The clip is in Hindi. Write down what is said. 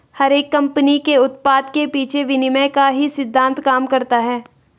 हर एक कम्पनी के उत्पाद के पीछे विनिमय का ही सिद्धान्त काम करता है